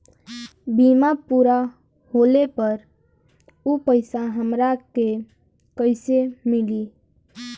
बीमा पूरा होले पर उ पैसा हमरा के कईसे मिली?